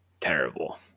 terrible